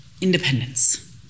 independence